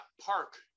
Park